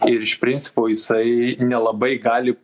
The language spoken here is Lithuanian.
ir iš principo jisai nelabai gali